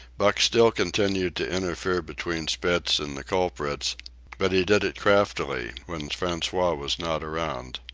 buck still continued to interfere between spitz and the culprits but he did it craftily, when francois was not around,